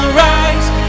rise